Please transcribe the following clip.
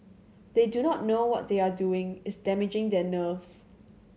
they do not know what they are doing is damaging their nerves